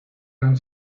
han